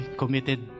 committed